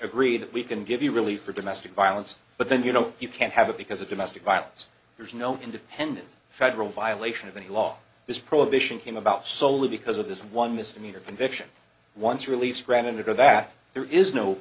agreed that we can give you really for domestic violence but then you know you can't have it because of domestic violence there is no independent federal violation of any law this prohibition came about solely because of this one misdemeanor conviction once released ran into that there is no